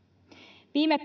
viime